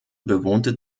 bewohnte